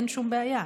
אין שום בעיה.